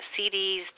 CDs